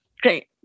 Great